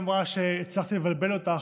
אמרת שהצלחתי לבלבל אותך,